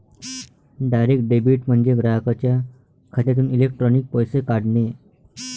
direct debit म्हणजे ग्राहकाच्या खात्यातून इलेक्ट्रॉनिक पैसे काढणे